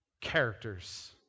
characters